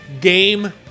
game